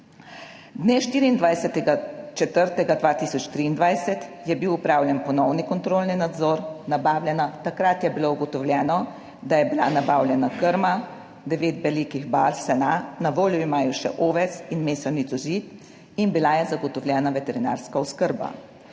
Dne 24. 4. 2023, je bil opravljen ponovni kontrolni nadzor. Nabavljena, takrat je bilo ugotovljeno, da je bila nabavljena krma, 9 velikih baz sena, na voljo imajo še oves in mešanico žit in bila je zagotovljena veterinarska oskrba.